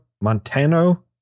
Montano